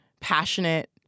passionate